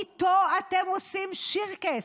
איתו אתם עושים שירקעס.